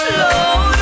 Slow